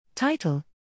Title